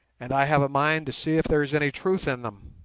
and i have a mind to see if there is any truth in them.